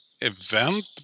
event